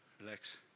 relax